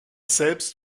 selbst